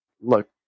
look